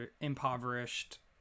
impoverished